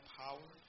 power